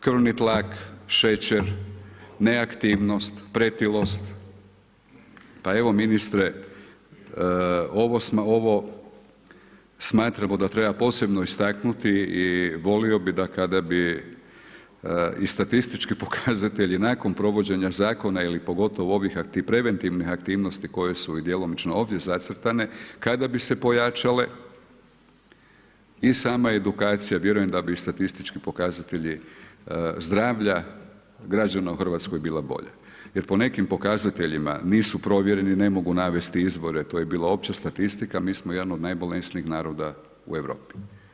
Krvni tlak, šećer, neaktivnost, pretilost, pa evo ministre ovo smatramo da treba posebno istaknuti i volio bih da kada bi i statistički pokazatelji nakon provođenja zakona ili pogotovo ovih preventivnih aktivnosti koje su i djelomično ovdje zacrtane kada bi se pojačale i sama edukacija, vjerujem da bi statistički pokazatelji zdravlja građana u Hrvatskoj bila bolja jer po nekim pokazateljima nisu provjereni, ne mogu navesti izvore, to je bila opća statistika, mi smo jedna od najbolesnijih naroda u Europi.